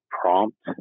prompt